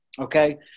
Okay